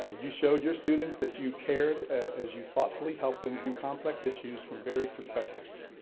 ah you showed your students that you cared as you thoughtfully helped them view complex issues from varied perspectives.